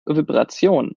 vibration